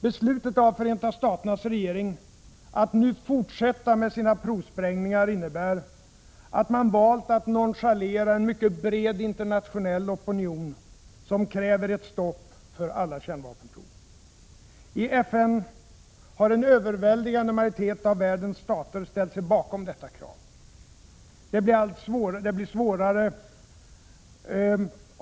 Beslutet av Förenta Staternas regering att nu fortsätta med sina provsprängningar innebär att man valt att nonchalera en mycket bred internationell opinion, som kräver ett stopp för alla kärnvapenprov. I FN har en överväldigande majoritet av världens stater ställt sig bakom detta krav.